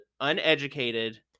uneducated